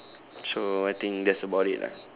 so I think that's about it lah